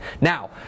Now